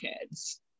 kids